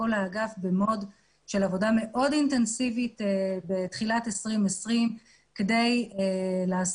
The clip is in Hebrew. כל האגף במוד של עבודה מאוד אינטנסיבית בתחילת 2020 כדי לעשות.